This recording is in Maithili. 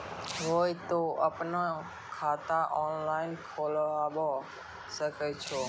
हाँ तोय आपनो खाता ऑनलाइन खोलावे सकै छौ?